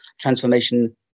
transformation